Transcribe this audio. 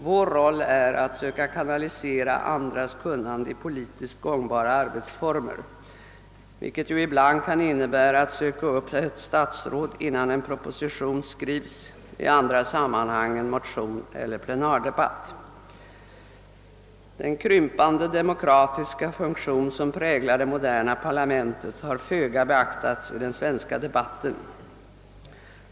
Vår roll är att försöka kanalisera andras kunnande i politiskt gångbara arbetsformer, vilket ju ibland kan innebära att söka upp ett statsråd innan en proposition skrivs, i andra sammanhang en motion eller en plenardebatt. Den krympande demokratiska funktion som präglar det moderna parlamentet har föga beaktats i den svenska debatten.